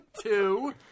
two